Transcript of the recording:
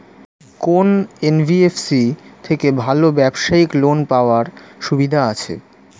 কোন এন.বি.এফ.সি থেকে ভালো ব্যবসায়িক লোন পাওয়ার সুবিধা আছে?